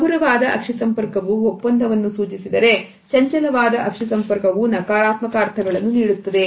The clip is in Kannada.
ಹಗುರವಾದ ಅಕ್ಷಿ ಸಂಪರ್ಕವು ಒಪ್ಪಂದವನ್ನು ಸೂಚಿಸಿದರೆ ಚಂಚಲವಾದ ಪಕ್ಷಿ ಸಂಪರ್ಕವು ನಕಾರಾತ್ಮಕ ಅರ್ಥಗಳನ್ನು ನೀಡುತ್ತದೆ